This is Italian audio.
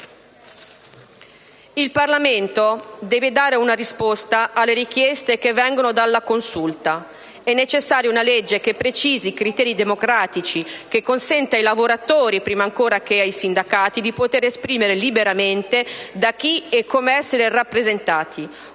Il Parlamento deve dare una risposta alle richieste che vengono dalla Consulta. È necessaria una legge che precisi i criteri democratici, che consenta ai lavoratori, prima ancora che ai sindacati, di poter scegliere liberamente da chi e come essere rappresentati;